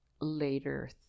later